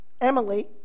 Emily